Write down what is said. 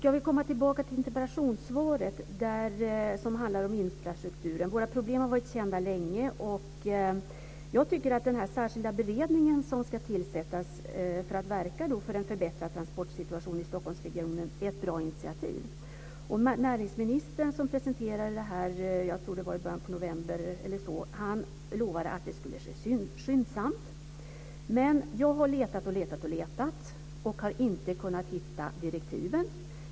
Jag går tillbaka till interpellationssvaret, som handlar om infrastrukturen. Våra problem har varit kända länge, och jag tycker att inrättandet av den särskilda beredning som ska tillsättas för att verka för en förbättrad transportsituation i Stockholmsregionen är ett bra initiativ. Näringsministern presenterade denna avsikt i början av november eller däromkring och lovade då att inrättandet skulle ske skyndsamt, men jag har letat och letat och inte kunnat hitta direktiven.